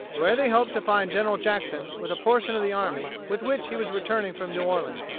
where they hoped to find general jackson with a portion of the army with which he was returning from new orleans.